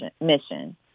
mission